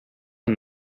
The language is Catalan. amb